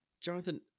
Jonathan